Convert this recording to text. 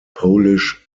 polish